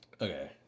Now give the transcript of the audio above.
Okay